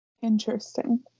Interesting